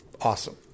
awesome